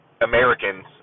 Americans